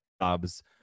jobs